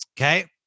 Okay